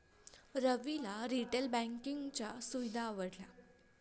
रविला रिटेल बँकिंगच्या सुविधा आवडल्या